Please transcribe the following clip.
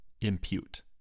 impute